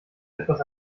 etwas